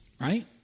right